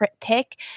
pick